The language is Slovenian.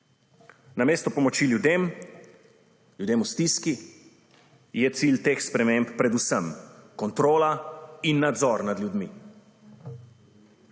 Namesto pomoči ljudem, ljudem v stiski, je cilj teh sprememb predvsem kontrola in nadzor nad ljudmi.